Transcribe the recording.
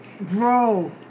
bro